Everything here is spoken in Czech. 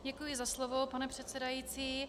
Děkuji za slovo, pane předsedající.